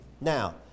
now